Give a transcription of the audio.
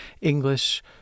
English